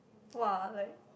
!wah! like